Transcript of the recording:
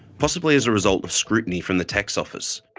possibly as a result of scrutiny from the tax office.